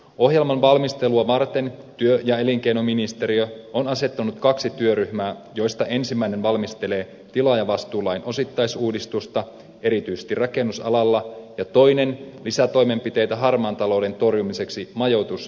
ohjelman valmistelua varten työ ja elinkeinoministeriö on asettanut kaksi työryhmää joista ensimmäinen valmistelee tilaajavastuulain osittaisuudistusta erityisesti rakennusalalla ja toinen lisätoimenpiteitä harmaan talouden torjumiseksi majoitus ja ravintola alalla